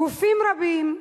גופים רבים,